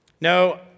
No